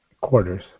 quarters